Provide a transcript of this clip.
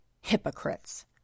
hypocrites